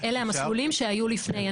אלה המסלולים שהיו לפני.